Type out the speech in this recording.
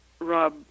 Rob